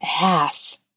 ass